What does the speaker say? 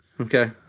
Okay